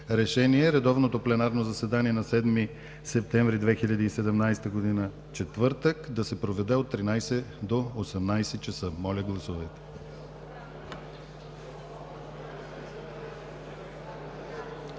редовното пленарно заседание на 7 септември 2017 г., четвъртък, да се проведе от 13,00 ч. до 18,00 ч. Моля, гласувайте!